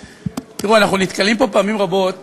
תראו, אנחנו נתקלים פה פעמים רבות